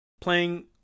playing